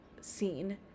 scene